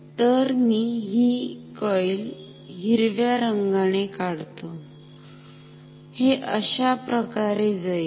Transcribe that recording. तर मी हि कॉईल हिरव्या रंगाने काढतो हे अशाप्रकारे जाईल